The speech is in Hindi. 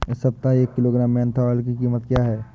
इस सप्ताह एक किलोग्राम मेन्था ऑइल की कीमत क्या है?